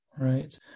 right